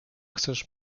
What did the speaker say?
chcesz